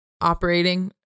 operating